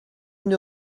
une